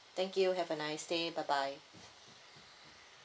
thank you have a nice day bye bye